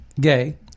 gay